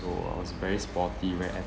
so I was very sporty very